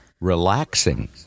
relaxing